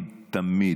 תמיד,